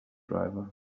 driver